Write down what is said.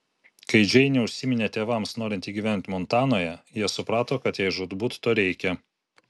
kai džeinė užsiminė tėvams norinti gyventi montanoje jie suprato kad jai žūtbūt to reikia